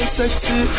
sexy